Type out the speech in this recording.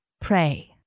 pray